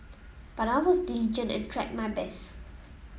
but I was diligent and tried my best